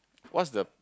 what's the